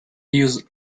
use